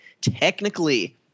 technically